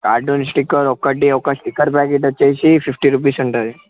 cartoon sticker ఒకటి ఒక sticker packet వచ్చి ఫిఫ్టీ రూపీస్ ఉంటుంది